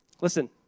Listen